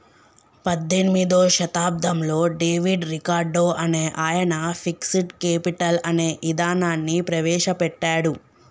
పద్దెనిమిదో శతాబ్దంలో David Ricardo అనే ఆయన ఫిక్స్డ్ కేపిటల్ అనే ఇదానాన్ని ప్రవేశ పెట్టాడు